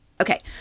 Okay